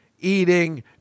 eating